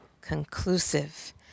conclusive